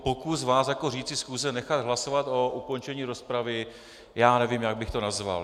Pokus vás jako řídící schůze nechat hlasovat o ukončení rozpravy, já nevím, jak bych to nazval.